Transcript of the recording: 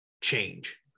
change